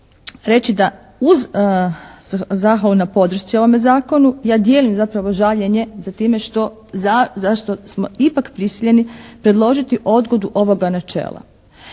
reći da uz zahvalu na podršci ovome Zakonu ja dijelim zapravo žaljenje sa time što zašto smo ipak prisiljeni predložiti odgodu ovoga načela.